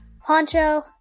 poncho